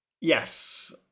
Yes